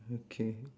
okay